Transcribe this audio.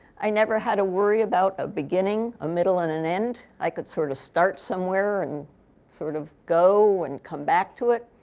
i never had to worry about a beginning, a middle, and an end. i could sort of start somewhere and sort of go and come back to it,